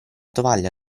tovaglia